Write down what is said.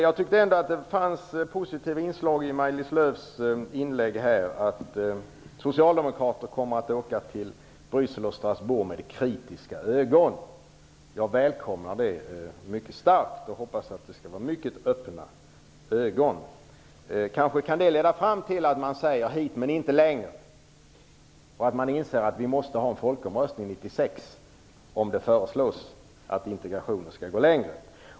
Jag tyckte ändå att det fanns positiva inslag i Maj Lis Lööws inlägg, nämligen när hon sade att socialdemokrater kommer att resa till Strasbourg och Bryssel med kritiska ögon. Jag välkomnar det mycket starkt och hoppas att det skall vara mycket öppna ögon. Kanske kan det leda fram till att man säger hit men inte längre och att man inser att vi måste ha en folkomröstning 1996 om det föreslås att integrationen skall gå längre.